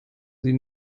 sie